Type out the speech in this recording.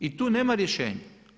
I tu nema rješenja.